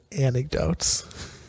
Anecdotes